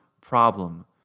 problem